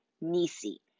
Nisi